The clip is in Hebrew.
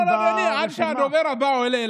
משפט אחרון, אדוני, עד שהדובר הבא עולה.